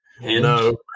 No